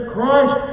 Christ